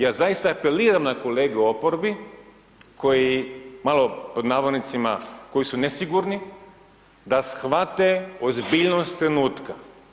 Ja zaista apeliram na kolegu u oporbi koji malo „koji su nesigurni“ da shvate ozbiljnost trenutka.